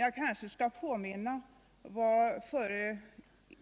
Jag kanske skall påminna om vad förre